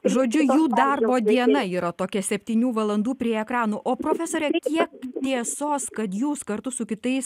žodžiu jo darbo diena yra tokia septynių valandų prie ekranų o profesore kiek tiesos kad jūs kartu su kitais